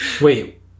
Wait